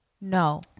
No